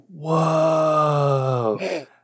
Whoa